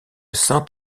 saint